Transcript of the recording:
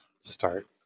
start